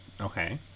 Okay